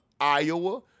Iowa